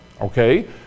okay